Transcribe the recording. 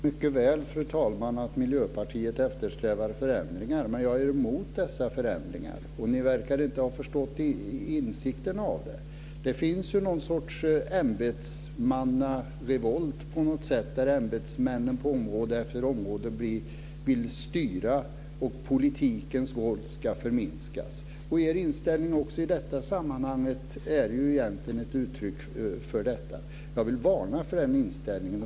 Fru talman! Jag förstår mycket väl att Miljöpartiet eftersträvar förändringar. Men jag är emot dessa förändringar. Ni verkar inte ha kommit till insikt om dem. Det finns något slags ämbetsmannarevolt, där ämbetsmännen på område efter område vill styra och där politikens roll ska förminskas. Er inställning i detta sammanhang är egentligen också ett uttryck för detta. Jag vill varna för den inställningen.